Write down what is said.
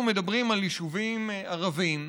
אנחנו מדברים על יישובים ערביים,